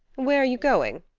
where are you going?